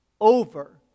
over